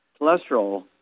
cholesterol